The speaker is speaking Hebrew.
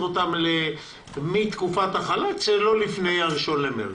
אותם מתקופת החל"ת ולא לפני ה-1 במארס.